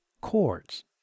chords